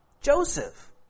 Joseph